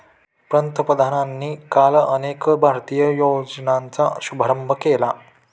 पंतप्रधानांनी काल अनेक भारतीय योजनांचा शुभारंभ केला